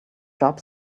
job